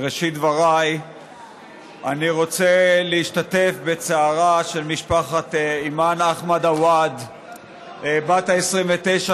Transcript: בראשית דבריי אני רוצה להשתתף בצערה של משפחת אימאן אחמד עוואד בת ה-29,